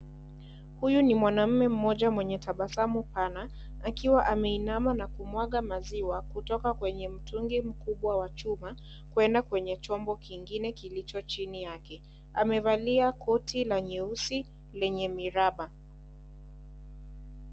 Huyu ni mwanaume mmoja mwenye tabasamu pana, akiwa ameinama na kumwaga maziwa kutoka kwenye mtungi mkubwa wa chuma kuenda kwenye chombo kingine kilicho chini yake amevalia koti la nyeusi lenye miraba.